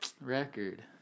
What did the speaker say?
Record